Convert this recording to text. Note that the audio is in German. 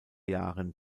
jahren